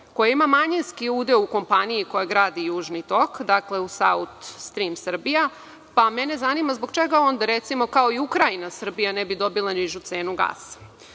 koja ima manjinski udeo u kompaniji koja gradi Južni tok, dakle u „Saut strim Srbija“, pa mene zanima zbog čega onda recimo kao i Ukrajina, Srbija ne bi dobila nižu cenu